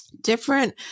different